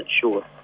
sure